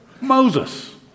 Moses